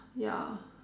ya